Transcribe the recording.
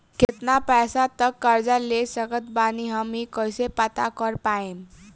केतना पैसा तक कर्जा ले सकत बानी हम ई कइसे पता कर पाएम?